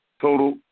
total